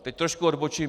Teď trošku odbočím.